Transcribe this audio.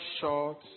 short